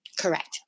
Correct